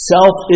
Self